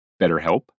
BetterHelp